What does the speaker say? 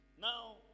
Now